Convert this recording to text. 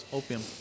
opium